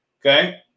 okay